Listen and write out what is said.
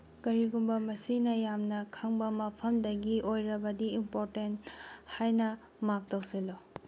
ꯀꯔꯤꯒꯨꯝꯕ ꯃꯁꯤꯅ ꯌꯥꯝꯅ ꯈꯪꯕ ꯃꯐꯝꯗꯒꯤ ꯑꯣꯏꯔꯕꯗꯤ ꯏꯝꯄꯣꯔꯇꯦꯟ ꯍꯥꯏꯅ ꯃꯥꯛ ꯇꯧꯁꯤꯜꯂꯨ